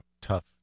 tough